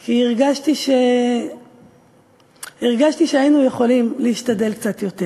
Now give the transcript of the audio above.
כי הרגשתי שהיינו יכולים להשתדל קצת יותר.